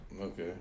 Okay